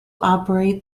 operate